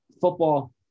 football